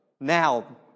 now